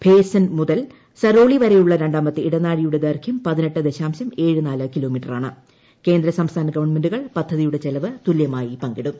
ഭേസൻ മുതൽ സരോളി വരെയുള്ള ര ാമത്തെ ഇടനാഴിയുടെ ദൈർഘ്യം കേന്ദ്രസംസ്ഥാന ഗവൺമെന്റുകൾ പദ്ധതിയുടെ ചെലവ് തുലൃമായി പങ്കിടും